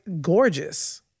gorgeous